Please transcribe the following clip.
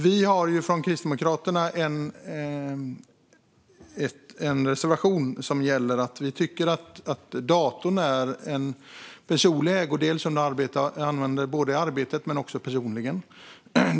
Vi har från Kristdemokraterna en reservation som gäller att vi tycker att datorn är en personlig ägodel som man använder både i arbetet och personligen.